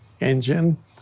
engine